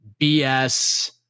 BS